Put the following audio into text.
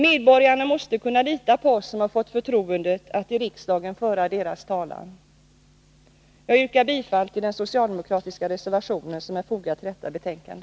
Medborgarna måste kunna lita på oss som har fått förtroendet att i riksdagen föra deras talan. Jag yrkar bifall till den socialdemokratiska reservationen, som är fogad till detta betänkande.